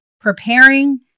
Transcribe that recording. preparing